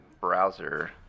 browser